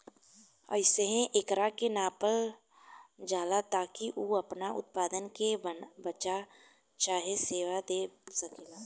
एहिसे एकरा के नापल जाला ताकि उ आपना उत्पाद के बना चाहे सेवा दे सकेला